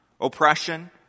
Oppression